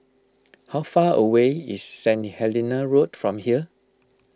how far away is Saint Helena Road from here